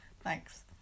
Thanks